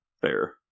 Fair